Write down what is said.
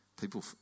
people